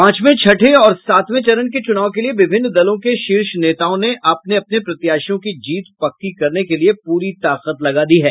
पांचवें छठे और सातवें चरण के चुनाव के लिए विभिन्न दलों के शीर्ष नेताओं ने अपने अपने प्रत्याशियों की जीत पक्की करने के लिए पूरी ताकत लगा दी है